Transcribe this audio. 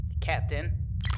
Captain